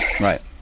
right